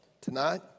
tonight